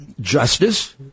justice